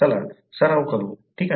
चला सराव करू ठीक आहे